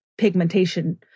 pigmentation